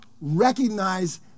recognize